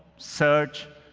search,